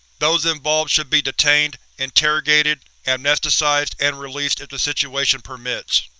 those involved should be detained, interrogated, amnesticized, and released if the situation permits.